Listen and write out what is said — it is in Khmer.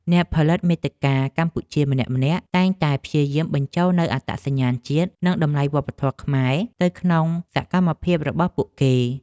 អ្នកផលិតមាតិកាកម្ពុជាម្នាក់ៗតែងតែព្យាយាមបញ្ចូលនូវអត្តសញ្ញាណជាតិ និងតម្លៃវប្បធម៌ខ្មែរទៅក្នុងសកម្មភាពរបស់ពួកគេ។